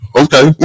okay